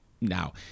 now